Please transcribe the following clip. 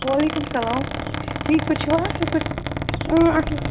وعلیکُم السلام ٹھیٖک پٲٹھۍ چھُوا اَصٕل پٲٹھۍ اۭں اَصٕل